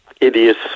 idiot